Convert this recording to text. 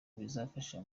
bizafasha